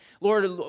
Lord